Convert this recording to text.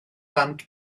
ddant